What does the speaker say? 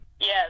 Yes